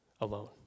alone